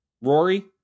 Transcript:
Rory